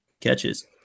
catches